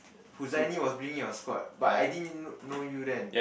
Huzaini was be in your squad but I didn't know you then